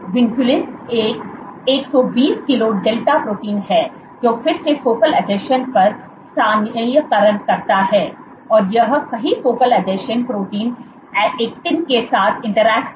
vinculin एक 120 kilo delta protein है जो फिर से फोकल आसंजन पर स्थानीयकरण करता है और यह कई फोकल आसंजन प्रोटीन ऐक्टिन के साथ इंटररेक्ट करता है